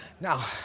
Now